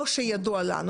לא שידוע לנו.